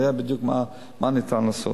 נראה בדיוק מה אפשר לעשות.